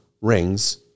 rings